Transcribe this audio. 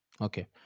okay